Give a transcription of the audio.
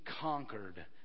conquered